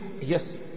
yes